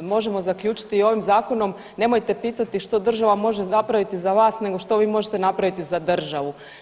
možemo zaključiti i ovim zakonom nemojte pitati što država može napraviti za vas, nego što vi možete napraviti za državu.